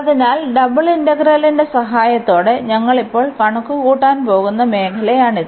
അതിനാൽ ഡബിൾ ഇന്റഗ്രലിന്റെ സഹായത്തോടെ ഞങ്ങൾ ഇപ്പോൾ കണക്കുകൂട്ടാൻ പോകുന്ന മേഖലയാണിത്